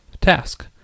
task